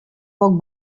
poc